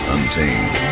Untamed